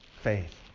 Faith